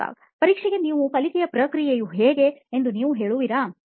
ಸಂದರ್ಶಕ ಪರೀಕ್ಷೆಗೆ ನಿಮ್ಮ ಕಲಿಕೆಯ ಪ್ರಕ್ರಿಯೆಯು ಹೇಗೆ ಎಂದು ನೀವು ಹೇಳುವಿರಾ